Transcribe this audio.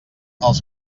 els